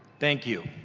thank you.